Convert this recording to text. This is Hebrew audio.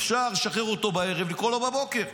אפשר לשחרר אותו בערב, לקרוא לו בבוקר.